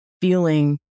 feeling